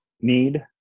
need